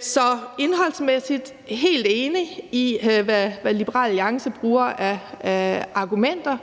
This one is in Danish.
Så indholdsmæssigt er vi helt enige i de ting, som Liberal Alliance bruger af argumenter.